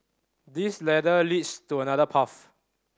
this ladder leads to another path